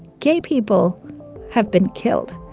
gay people have been killed.